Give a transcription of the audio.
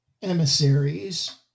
Emissaries